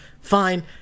fine